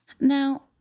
Now